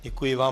Děkuji vám.